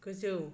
गोजौ